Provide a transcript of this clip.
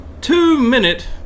two-minute